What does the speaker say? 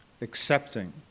accepting